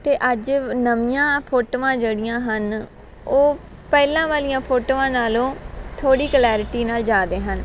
ਅਤੇ ਅੱਜ ਨਵੀਆਂ ਫੋਟੋਆਂ ਜਿਹੜੀਆਂ ਹਨ ਉਹ ਪਹਿਲਾਂ ਵਾਲੀਆਂ ਫੋਟੋਆਂ ਨਾਲੋਂ ਥੋੜ੍ਹੀ ਕਲੈਰਟੀ ਨਾਲ ਜ਼ਿਆਦਾ ਹਨ